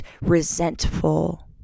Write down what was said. resentful